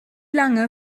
lange